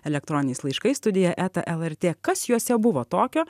elektroniniais laiškais studija eta lrt kas juose buvo tokio